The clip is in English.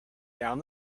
down